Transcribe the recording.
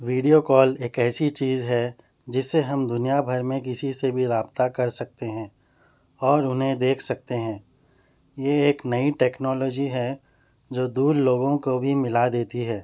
video call ایک ایسی چیز ہے جس سے ہم دنیا بھر میں کسی سے بھی رابطہ کر سکتے ہیں اور انہیں دیکھ سکتے ہیں یہ ایک نئی ٹیکنالوجی ہے جو دور لوگوں کو بھی ملا دیتی ہے